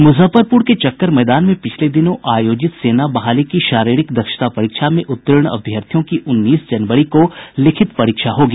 मुजफ्फरपुर के चक्कर मैदान में पिछले दिनों आयोजित सेना बहाली की शरीरिक दक्षता परीक्षा में उत्तीर्ण अभ्यर्थियों की उन्नीस जनवरी को लिखित परीक्षा होगी